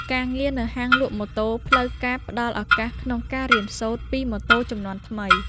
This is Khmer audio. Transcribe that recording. ការងារនៅហាងលក់ម៉ូតូផ្លូវការផ្តល់ឱកាសក្នុងការរៀនសូត្រពីម៉ូតូជំនាន់ថ្មី។